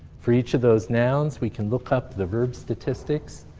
for each of those nouns we can look up the verbs statistics.